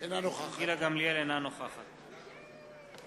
אינו נוכח זאב